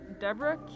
Deborah